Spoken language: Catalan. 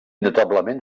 notablement